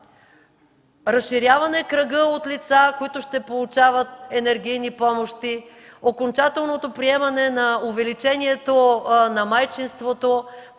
разширяване кръга от лица, които ще получават енергийни помощи, окончателното приемане на увеличението на майчинството,